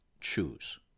choose